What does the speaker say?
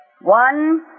One